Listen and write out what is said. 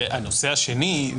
הנושא השני,